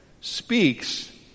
speaks